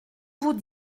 vous